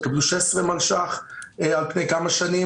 יקבלו 16 מיליון שקלים על פני כמה שנים,